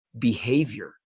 behavior